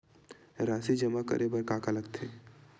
राशि जमा करे बर का का लगथे?